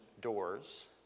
doors